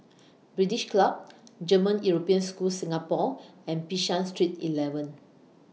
British Club German European School Singapore and Bishan Street eleven